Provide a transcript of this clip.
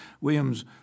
William's